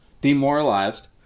demoralized